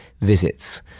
Visits